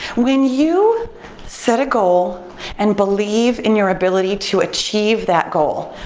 when you set a goal and believe in your ability to achieve that goal,